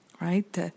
right